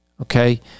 okay